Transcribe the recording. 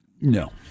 No